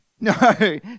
No